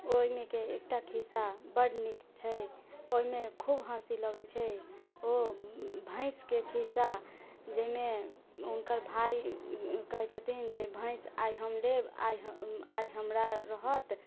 ओहिमेके एकटा खिस्सा बड नीक छै ओहिमे खूब हँसी लगैत छै ओ भैंसके खिस्सा जाहिमे हुनकर भाइ कहैत छथिन जे भैंस आइ हम लेब आइ हमरा रहत